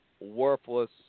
worthless